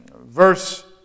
Verse